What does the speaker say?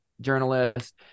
journalist